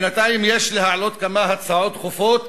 בינתיים יש להעלות כמה הצעות דחופות,